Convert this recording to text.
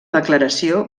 declaració